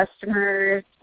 customers